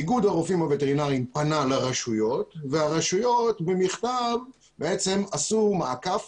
איגוד הרופאים הווטרינריים פנה לרשויות והרשויות במכתב בעצם עשו מעקף